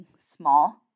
small